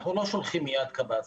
אנחנו לא שולחים מיד קב"סים,